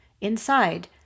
Inside